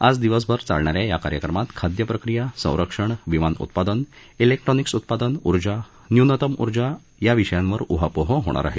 आज दिवसभर चालणा या या कार्यक्रमात खाद्य प्रक्रिया संरक्षण विमान उत्पादन क्रिक्ट्रॉनिक्स उत्पादन उर्जा न्युनतम उर्जा आदी विषयांवर उहापोह होणार आहे